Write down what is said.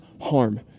harm